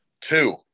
Two